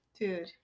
Dude